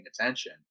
attention